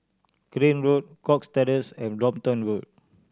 Crane Road Cox Terrace and Brompton Road